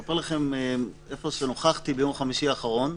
לספר לכם מקרה מאיפה שנוכחתי ביום חמישי האחרון,